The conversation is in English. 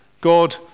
God